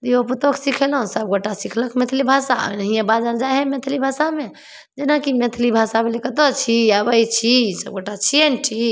धिओपुतोके सिखेलहुँ सभगोटा सिखलक मैथिली भाषा ओनाहिए बाजल जाइ हइ मैथिली भाषामे जेनाकि मैथिली भाषा भेलै कतऽ छी आबै छी सभगोटा छिए ने ठीक